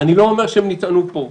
אני לא אומר שהן נטענו פה,